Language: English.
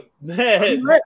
man